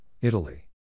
Italy